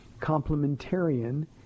complementarian